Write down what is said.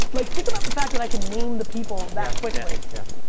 like think about the fact that i can name the people that quickly. yeah